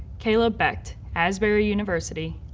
caleb becht, asbury university,